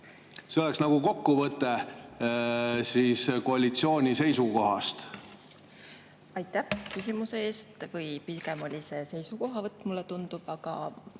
See oleks nagu kokkuvõte koalitsiooni seisukohast. Aitäh küsimuse eest! Või pigem oli see seisukohavõtt, mulle tundub. Aga